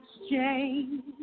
exchange